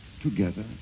Together